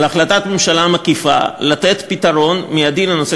על החלטת ממשלה מקיפה לתת פתרון מיידי לנושא